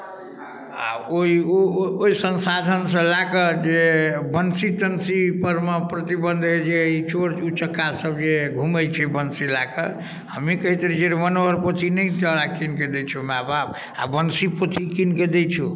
आ ओ ओहि संसाधनसँ लए कऽ जे बन्सी तन्सीपरमे प्रतिबंध अइ जे जे ई चोर उचक्कासभ जे घूमै छै बंसी लए कऽ हमही कहैत रहियै मनोहर पोथी नहि तोरा कीन कऽ दैत छौ माय बाप आ बंसी पोथी कीन कऽ दैत छौ